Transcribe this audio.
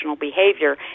behavior